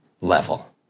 level